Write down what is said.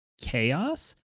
chaos